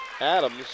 Adams